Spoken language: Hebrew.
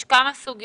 עלו כמה סוגיות.